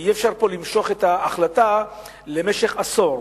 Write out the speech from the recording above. ואי-אפשר למשוך פה את ההחלטה למשך עשור,